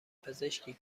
پزشکی